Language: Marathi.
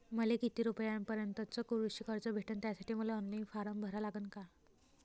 मले किती रूपयापर्यंतचं कृषी कर्ज भेटन, त्यासाठी मले ऑनलाईन फारम भरा लागन का?